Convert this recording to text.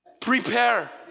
Prepare